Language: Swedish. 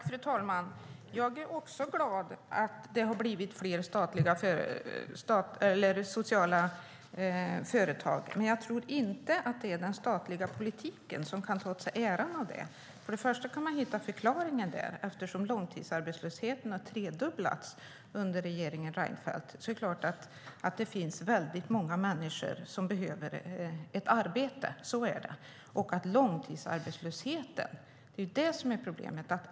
Fru talman! Jag är också glad över att det har blivit fler sociala företag, men jag tror inte att det är den statliga politiken som kan ta åt sig äran av det. Jag tror att man först och främst kan hitta förklaringen där, eftersom långtidsarbetslösheten har tredubblats under regeringen Reinfeldt. Då är det klart att det finns väldigt många människor som behöver ett arbete. Så är det. Det är långtidsarbetslösheten som är problemet.